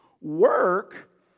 Work